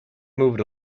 moved